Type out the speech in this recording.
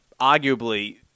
arguably